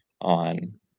on